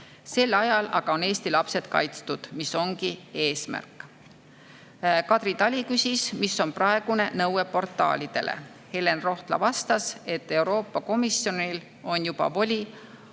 sel ajal oleks aga Eesti lapsed kaitstud, mis ongi eesmärk. Kadri Tali küsis, mis on praegune nõue portaalidele. Helen Rohtla vastas, et Euroopa Komisjonil on juba voli